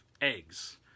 eggs